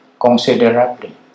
considerably